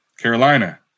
Carolina